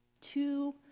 Two